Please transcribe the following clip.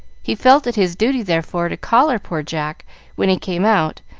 he felt it his duty, therefore, to collar poor jack when he came out,